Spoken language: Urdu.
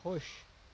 خوش